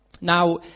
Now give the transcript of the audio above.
Now